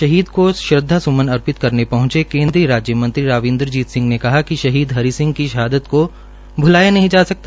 शहीद को श्रद्वास्मन अर्पित करने पहंचे केन्द्रीय मंत्री राव इंद्रजीत सिंह ने कहा कि शहीद हरि सिंह की शहादत को भ्लाया नहीं जा सकता